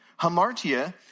Hamartia